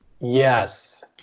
Yes